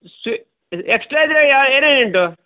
ಸ್ವೀ ಎಕ್ಸ್ಟ್ರಾ ಇದ್ದರೆ ಯಾವ ಏನೇನು ಉಂಟು